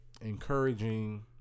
encouraging